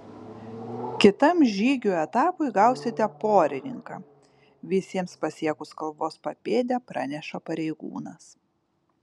kitam žygių etapui gausite porininką visiems pasiekus kalvos papėdę praneša pareigūnas